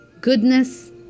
goodness